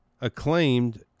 acclaimed